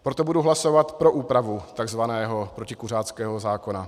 Proto budu hlasovat pro úpravu takzvaného protikuřáckého zákona.